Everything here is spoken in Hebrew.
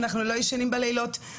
אנחנו לא ישנים בלילות,